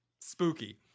Spooky